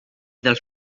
dels